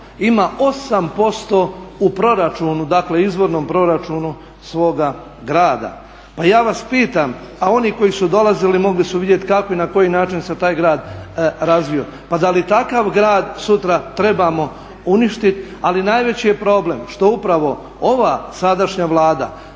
ima 8% u proračunu, dakle izvornom proračunu svoga grada. Pa ja vas pitam, a oni koji su dolazili mogli su vidjeti kako i na koji način se taj grad razvio. Pa da li takav grad sutra trebamo uništiti. Ali najveći je problem što upravo ova sadašnja Vlada